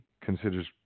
considers